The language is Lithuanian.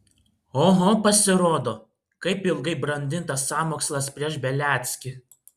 oho pasirodo kaip ilgai brandintas sąmokslas prieš beliackį